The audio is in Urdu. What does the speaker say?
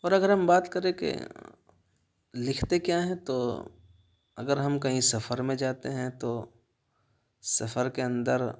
اور اگر ہم بات کریں کہ لکھتے کیا ہیں تو اگر ہم کہیں سفر میں جاتے ہیں تو سفر کے اندر